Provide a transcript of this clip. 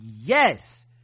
yes